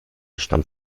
stammt